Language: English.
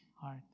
heart